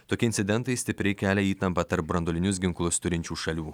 tokie incidentai stipriai kelia įtampą tarp branduolinius ginklus turinčių šalių